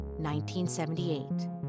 1978